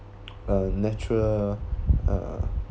uh natural uh